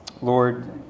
Lord